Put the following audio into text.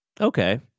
Okay